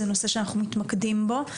זה נושא שאנחנו מתמקדים בו.